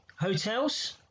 hotels